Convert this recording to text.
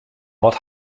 wat